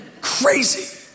Crazy